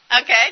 Okay